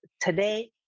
today